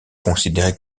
considéré